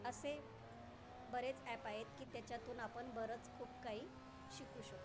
असे बरेच ॲप आहेत की त्याच्यातून आपण बरंच खूप काही शिकू शकतो